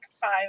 five